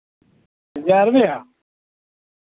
ज्हार रपेआ